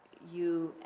you,